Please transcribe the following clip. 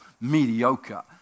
mediocre